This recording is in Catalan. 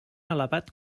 elevat